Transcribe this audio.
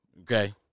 Okay